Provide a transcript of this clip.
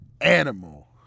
animal